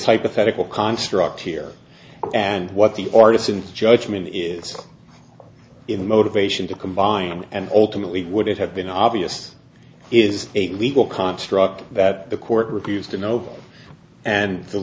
hypothetical construct here and what the artist since judgement is in motivation to combine and ultimately would have been obvious is a legal construct that the court refused to know and the